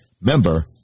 Member